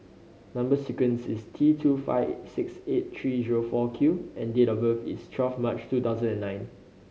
number sequence is T two five six eight three zero four Q and date of birth is twelve March two thousand and nine